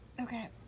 Okay